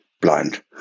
blind